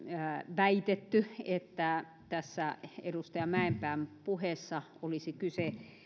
väitetty että tässä edustaja mäenpään puheessa olisi kyse